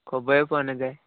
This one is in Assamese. খবৰে পোৱা নাযায়